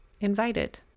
invited